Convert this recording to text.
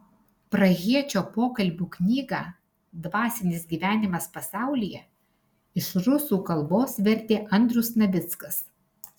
prahiečio pokalbių knygą dvasinis gyvenimas pasaulyje iš rusų kalbos vertė andrius navickas